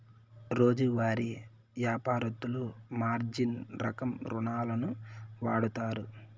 రోజువారీ యాపారత్తులు మార్జిన్ రకం రుణాలును వాడుతారు